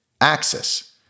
axis